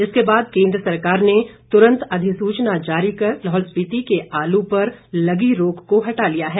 इसके बाद केंद्र सरकार ने तुरंत अधिसूचना जारी कर लाहौल स्पीति के आलू पर लगी रोक को हटा लिया है